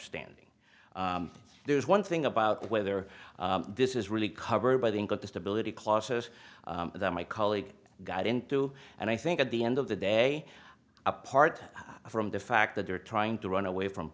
standing there is one thing about whether this is really covered by the end of the stability clauses that my colleague got into and i think at the end of the day apart from the fact that they're trying to run away from